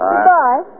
Goodbye